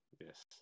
Yes